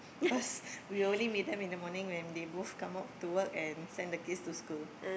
cause we only meet them in the morning when they both come out to work and send the kids to school